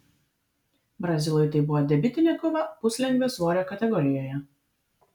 brazilui tai buvo debiutinė kova puslengvio svorio kategorijoje